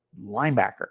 linebacker